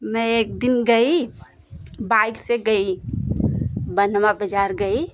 मैं एक दिन गई बाइक से गई बनवा बाज़ार गई